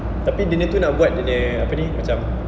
tapi dia nya tu nak buat dia nya apa ni macam